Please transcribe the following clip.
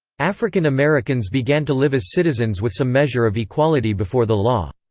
african americans began to live as citizens with some measure of equality before the law.